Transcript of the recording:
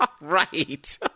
Right